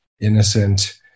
innocent